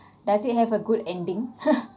does it have a good ending